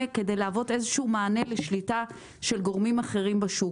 כדי לתת איזשהו מענה לשליטה של גורמים אחרים בשוק.